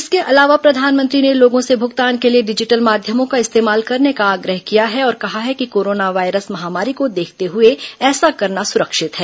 इसके अलावा प्रधानमंत्री ने लोगों से भुगतान के लिए डिजिटल माध्यमों का इस्तेमाल करने का आग्रह किया है और कहा है कि कोरोना वायरस महामारी को देखते हुए ऐसा करना सुरक्षित है